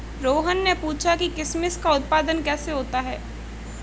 रोहन ने पूछा कि किशमिश का उत्पादन कैसे होता है?